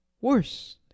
Worse